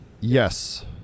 Yes